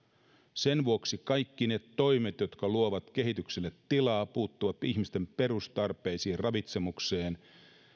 sen vuoksi kaikki ne toimet jotka luovat kehitykselle tilaa puuttua ihmisten perustarpeisiin ravitsemukseen